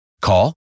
Call